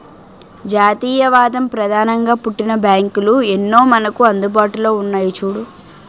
జాతీయవాదం ప్రధానంగా పుట్టిన బ్యాంకులు ఎన్నో మనకు అందుబాటులో ఉన్నాయి చూడు